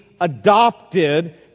adopted